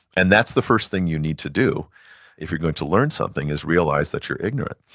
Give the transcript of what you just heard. and that's the first thing you need to do if you're doing to learn something, is realize that you're ignorant.